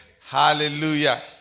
Hallelujah